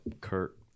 Kurt